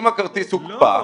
אם הכרטיס הוקפא,